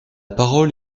parole